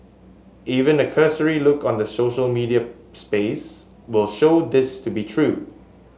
even a cursory look on the social media space will show this to be true